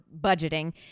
budgeting